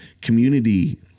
Community